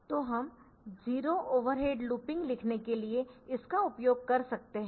तो हम zero overhead looping लिखने के लिए इसका उपयोग कर सकते है